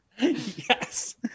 yes